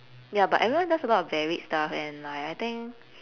ya but everyone does a lot of varied stuff and like I think